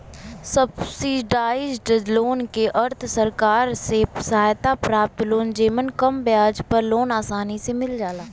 subsidised loan क अर्थ सरकार से सहायता प्राप्त लोन जेमन कम ब्याज पर लोन आसानी से मिल जाला